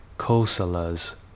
Kosala's